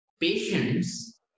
patience